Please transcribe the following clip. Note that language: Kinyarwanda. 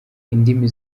indimi